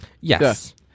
Yes